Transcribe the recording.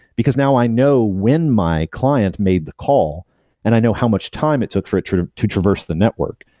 because now i know when my client made the call and i know how much time it took for it sort of to traverse the network.